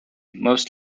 most